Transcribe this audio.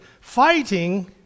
fighting